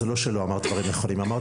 זה לא שלא אמרת דברים נכונים,